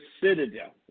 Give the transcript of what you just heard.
Citadel